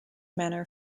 manner